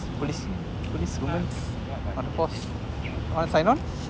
police policewoman of course want to sign on